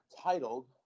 titled